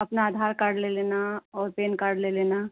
अपना आधार कार्ड ले लेना और पैन कार्ड ले लेना